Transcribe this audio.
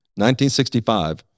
1965